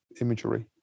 imagery